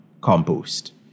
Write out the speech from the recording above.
compost